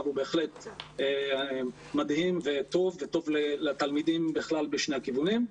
הוא בהחלט מדהים וטוב לתלמידים בכלל בשני הכיוונים.